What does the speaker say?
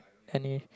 honey